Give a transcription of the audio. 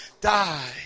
die